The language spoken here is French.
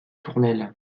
tournelles